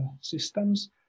systems